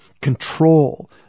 control